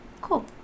Cool